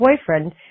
boyfriend